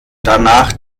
danach